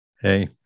Hey